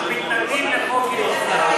מתנגדים לחוק גדעון סער.